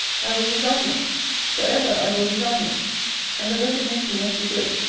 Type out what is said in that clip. i will resign it for ever i will resign it and the resignation must be good,